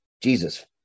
Jesus